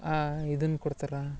ಇದನ್ನ ಕೊಡ್ತರಾ